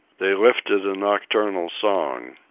they lifted a nocturnal song,